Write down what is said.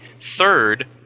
third